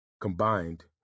combined